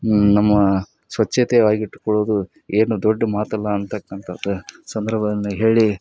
ನಮ್ಮ ಸ್ವಚ್ಛತೆಯಾಗ್ ಇಟ್ಕೊಳ್ಳೋದು ಏನು ದೊಡ್ಡ ಮಾತಲ್ಲ ಅಂತಕ್ಕಂಥದ್ದು ಸಂದರ್ಭಗಳನ್ನು ಹೇಳಿ